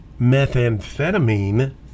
methamphetamine